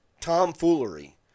Tomfoolery